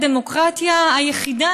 הדמוקרטיה היחידה,